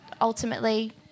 ultimately